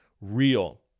real